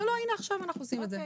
לא, לא, הנה, אנחנו עושים את זה עכשיו.